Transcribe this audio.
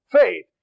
faith